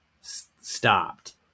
stopped